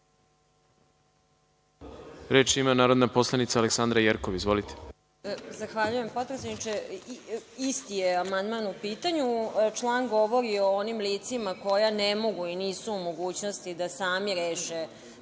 Reč ima narodna poslanica Aleksandra Jerkov. Izvolite. **Aleksandra Jerkov** Zahvaljujem, potpredsedniče. Isti je amandman u pitanju. Član govori o onim licima koja ne mogu i nisu u mogućnosti da sami reše